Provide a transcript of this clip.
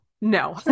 no